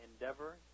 endeavor